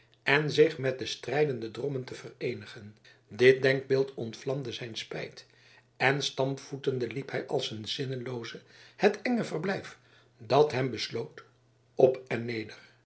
en zich met de strijdende drommen te vereenigen dit denkbeeld ontvlamde zijn spijt en stampvoetende liep hij als een zinnelooze het enge verblijf dat hem besloot op